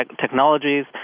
technologies